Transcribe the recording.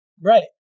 right